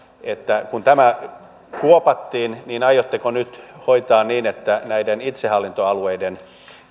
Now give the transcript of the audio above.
kun tämä kuopattiin niin aiotteko nyt hoitaa niin että näiden itsehallintoalueiden